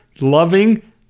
loving